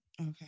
Okay